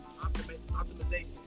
optimization